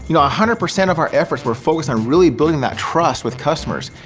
you know ah hundred percent of our efforts were focused on really building that trust with customers.